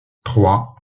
trois